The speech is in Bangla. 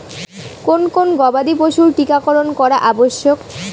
কোন কোন গবাদি পশুর টীকা করন করা আবশ্যক?